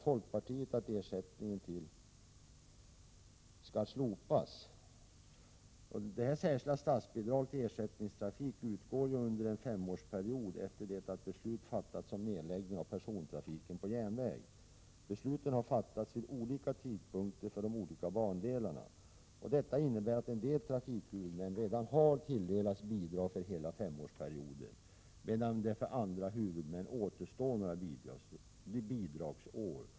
Folkpartiet yrkar att ersättningen till lokal och regional kollektiv persontrafik skall slopas. Detta särskilda statsbidrag till ersättningstrafik utgår under en femårsperiod efter det att beslut fattats om nedläggning av persontrafiken på järnväg. Besluten har fattats vid olika tidpunkter för de olika bandelarna. Detta innebär att en del trafikhuvudmän redan har tilldelats bidrag för hela femårsperioden, medan det för andra huvudmän återstår några bidragsår.